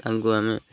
ତାଙ୍କୁ ଆମେ